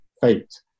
fate